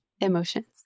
emotions